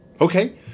Okay